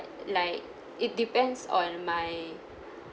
like it depends on my